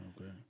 Okay